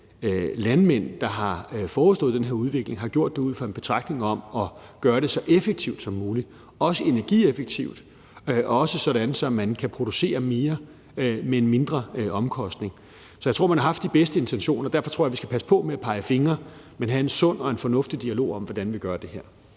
landmænd, der har forestået den her udvikling, har gjort det ud fra en betragtning om at gøre det så effektivt som muligt, også energieffektivt, og også sådan at man kan producere mere med en mindre omkostning. Så jeg tror, man har haft de bedste intentioner. Derfor tror jeg, vi skal passe på med at pege fingre, men have en sund og fornuftig dialog om, hvordan vi gør det her.